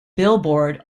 billboard